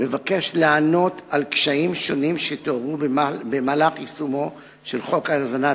מיועד לענות על קשיים שונים שהתעוררו במהלך יישומו של חוק האזנת